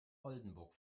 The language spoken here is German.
oldenburg